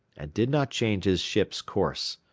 and did not change his ship's course.